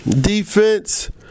defense